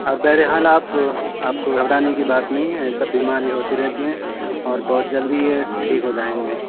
اور بہر حال آپ آپ کو گھبرانے کی بات نہیں ہے یہ سب بیماری ہوتی رہتی ہیں اور بہت جلدی یہ ٹھیک ہو جائیں گے